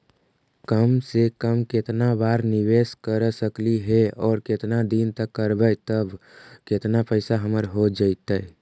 कम से कम केतना पैसा निबेस कर सकली हे और केतना दिन तक करबै तब केतना पैसा हमर हो जइतै?